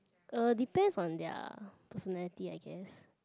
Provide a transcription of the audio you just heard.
uh depends on their personality I guess